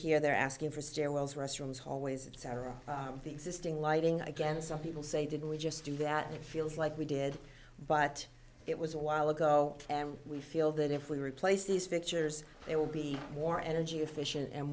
here they're asking for stairwells restrooms hallways and several of the existing lighting again some people say did we just do that it feels like we did but it was a while ago and we feel that if we replace these pictures it will be more energy efficient and